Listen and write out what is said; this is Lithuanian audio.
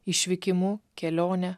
išvykimu kelione